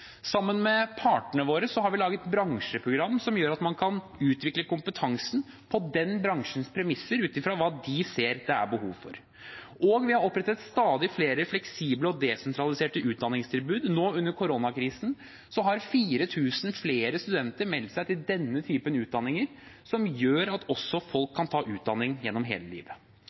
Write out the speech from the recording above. Sammen med partene våre har vi laget bransjeprogram som gjør at man kan utvikle kompetansen på den bransjens premisser ut fra hva de ser det er behov for. Og vi har opprettet stadig flere fleksible og desentraliserte utdanningstilbud. Nå under koronakrisen har 4 000 flere studenter meldt seg til denne typen utdanninger, som gjør at folk kan ta utdanning gjennom hele livet.